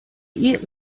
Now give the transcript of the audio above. eat